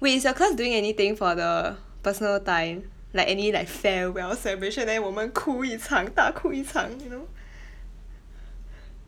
wait is your class doing anything for the personal time like any like farewell celebration then 我们哭一场大哭一场 you know